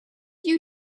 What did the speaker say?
you